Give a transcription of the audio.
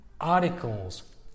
articles